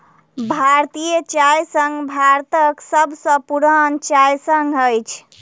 भारतीय चाय संघ भारतक सभ सॅ पुरान चाय संघ अछि